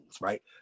right